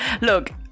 Look